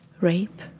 Rape